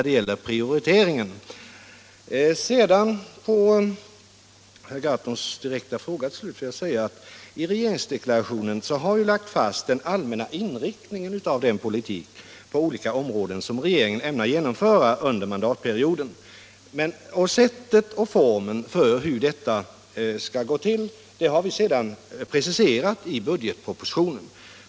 Sedan vill jag på herr Gahrtons direkta fråga svara följande: I regeringsdeklarationen har vi lagt fast den allmänna inriktningen av den politik på olika områden som regeringen ämnar genomföra under mandatperioden. Sättet och formen för hur detta skall gå till har vi sedan preciserat i budgetpropositionen.